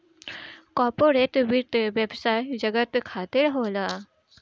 corporate वित्त व्यवसाय जगत खातिर होला